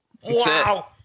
Wow